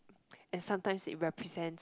and sometime it represent